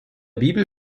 bibel